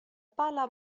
pala